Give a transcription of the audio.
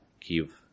give